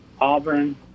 Auburn